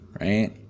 right